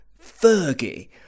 Fergie